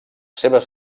seves